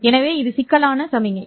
எனவே இது சிக்கலான சமிக்ஞை